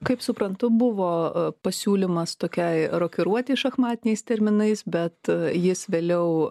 kaip suprantu buvo pasiūlymas tokiai rokiruotei šachmatiniais terminais bet jis vėliau